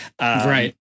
Right